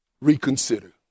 reconsider